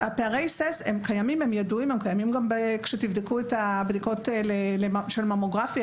הפערים ידועים והם קיימים גם בבדיקות של ממוגרפיה